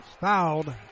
fouled